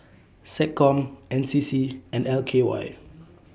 Seccom N C C and L K Y